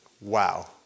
Wow